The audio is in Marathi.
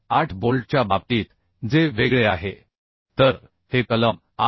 8 बोल्टच्या बाबतीत जे वेगळे आहे तर हे कलम आय